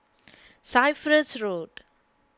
Cyprus Road